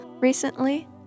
recently